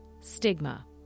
stigma